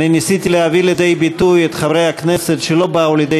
ניסיתי להביא לידי ביטוי את חברי הכנסת שלא באו לידי